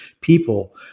people